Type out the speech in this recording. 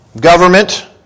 government